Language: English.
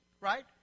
right